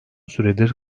süredir